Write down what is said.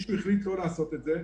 ומישהו החליט לא לעשות את זה.